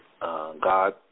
God